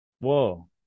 whoa